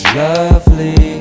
lovely